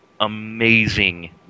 amazing